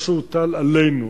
מה שהוטל עלינו,